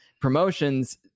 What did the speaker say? promotions